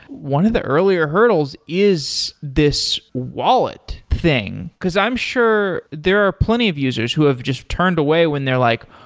one of the earlier hurdles is this wallet thing, because i'm sure there are plenty of users who have just turned away when they're like,